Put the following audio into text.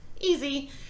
Easy